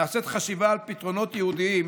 נעשית חשיבה על פתרונות ייעודיים